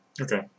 okay